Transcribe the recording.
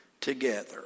together